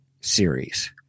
series